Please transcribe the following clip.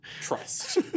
Trust